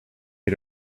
you